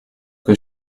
que